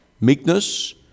meekness